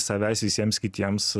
savęs visiems kitiems